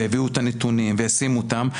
ויביאו את הנתונים וישימו אותם.